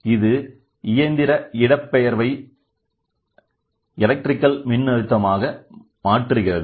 இது இயந்திர இடப்பெயர்வை எலக்ட்ரிக்கல் மின் அழுத்தமாக மாற்றுகிறது